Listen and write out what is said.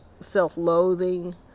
self-loathing